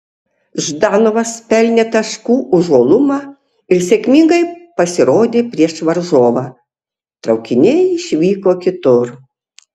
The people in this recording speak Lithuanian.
ždanovas pelnė taškų už uolumą ir sėkmingai pasirodė prieš varžovą traukiniai išvyko kitur